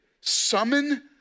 Summon